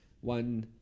one